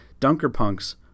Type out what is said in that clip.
Dunkerpunks